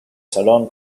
salón